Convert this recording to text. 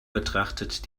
betrachtet